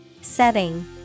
Setting